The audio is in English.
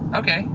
okay,